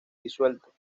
disuelto